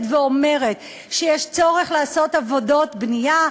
ואומרת שיש צורך לעשות עבודות בנייה,